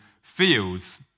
Fields